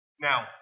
Now